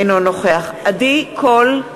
אינו נוכח עדי קול,